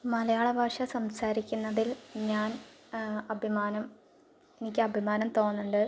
മലയാള ഭാഷ സംസാരിക്കുന്നതിൽ ഞാൻ അഭിമാനം എനിക്ക് അഭിമാനം തോന്നുന്നുണ്ട്